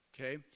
okay